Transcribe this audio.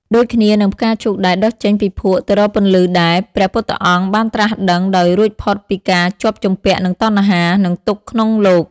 ដូចគ្នានឹងផ្កាឈូកដែលដុះចេញពីភក់ទៅរកពន្លឺដែរ ព្រះពុទ្ធអង្គបានត្រាស់ដឹងដោយរួចផុតពីការជាប់ជំពាក់នឹងតណ្ហា និងទុក្ខក្នុងលោក។